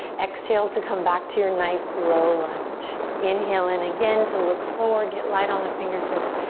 exhale to come back to your nice low lunge. inhale in, again to look forward. get light on the fingertips.